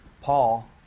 Paul